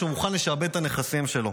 שהוא מוכן לשעבד את הנכסים שלו.